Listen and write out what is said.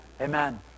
Amen